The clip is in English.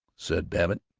said babbitt.